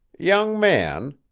young man,